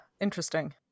interesting